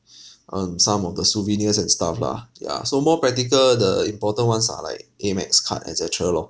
um some of the souvenirs and stuff lah ya so more practical the important ones are like AMEX card et cetera loh